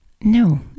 No